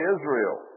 Israel